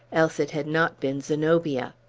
else it had not been zenobia.